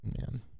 man